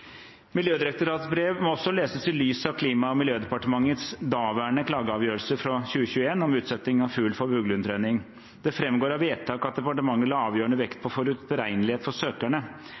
i lys av Klima- og miljødepartementets daværende klageavgjørelse fra 2021 om utsetting av fugl for fuglehundtrening. Det framgår av vedtaket at departementet la avgjørende vekt på forutberegnelighet for